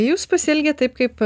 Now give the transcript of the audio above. jūs pasielgėt taip kaip